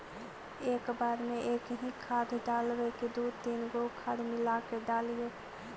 एक बार मे एकही खाद डालबय की दू तीन गो खाद मिला के डालीय?